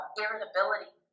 irritability